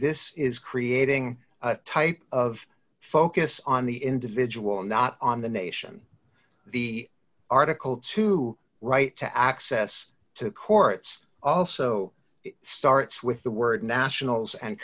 this is creating a type of focus on the individual and not on the nation the article to right to access to courts also starts with the word nationals and